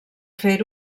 fer